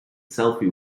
selfie